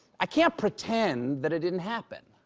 i can't pretend that it didn't happen.